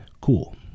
cool